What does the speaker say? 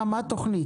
מה התוכנית?